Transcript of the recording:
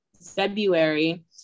February